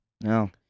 no